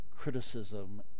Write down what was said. criticism